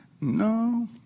No